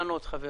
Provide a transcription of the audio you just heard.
חברים.